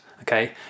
okay